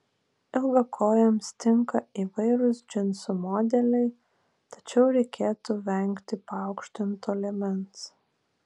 ilgakojėms tinka įvairūs džinsų modeliai tačiau reikėtų vengti paaukštinto liemens